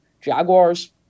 Jaguars